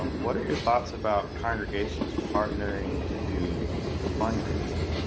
um what are your thoughts about congregations partnering to do fundraising